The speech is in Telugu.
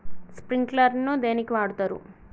స్ప్రింక్లర్ ను దేనికి వాడుతరు?